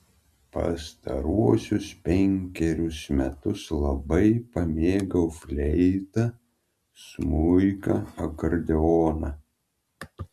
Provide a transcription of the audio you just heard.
pastaruosius penkerius metus labai pamėgau fleitą smuiką akordeoną